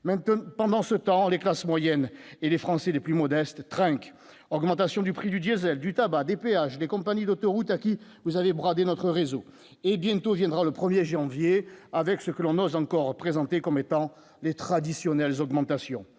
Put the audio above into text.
pendant ce temps, les classes moyennes et les Français les plus modestes trinquent, augmentation du prix du diésel du tabac des péages, des compagnies d'autoroutes à qui vous avez bradé notre réseau et bientôt viendra le 1er janvier avec ce que l'on n'ose encore présenté comme étant les traditionnelles augmentations